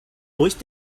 voice